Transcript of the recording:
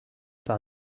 par